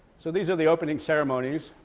so these are the opening ceremonies,